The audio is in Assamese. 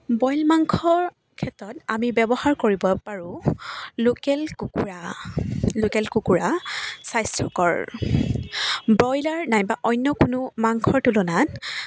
বইল মাংসৰ ক্ষেত্ৰত আমি ব্যৱহাৰ কৰিব পাৰোঁ লোকেল কুকুৰা লোকেল কুকুৰা স্বাস্থ্যকৰ ব্ৰইলাৰ নাইবা অন্য কোনো মাংসৰ তুলনাত